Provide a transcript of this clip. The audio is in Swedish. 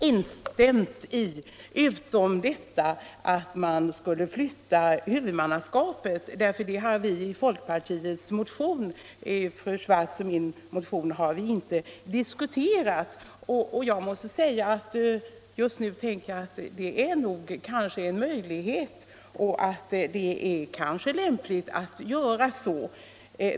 Herr talman! Jag vill hålla med om nästan allt vad fru Theorin nyss sade här i talarstolen. Det var ett anförande som jag gärna hade instämt i — utom när det gäller att man skulle flytta huvudmannaskapet. Den saken har fru Swartz och jag inte berört i vår motion, men just nu tänker jag att det kanske kan vara lämpligt att göra så.